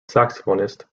saxophonist